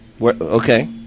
Okay